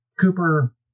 Cooper